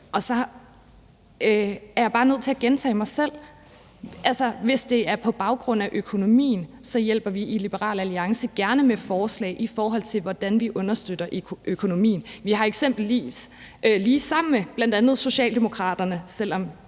og så er jeg bare nødt til at gentage mig selv. Altså, hvis det er på baggrund af økonomien, hjælper vi i Liberal Alliance gerne med forslag i forhold til, hvordan vi understøtter økonomien. Vi har eksempelvis lige sammen med bl.a. Socialdemokraterne – selv om